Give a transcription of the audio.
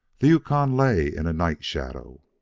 the yukon lay in a night shadow,